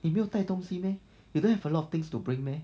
你没有带东西 meh you don't have a lot of things to bring meh